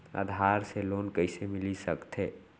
आधार से लोन कइसे मिलिस सकथे?